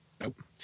Nope